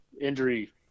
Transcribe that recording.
injury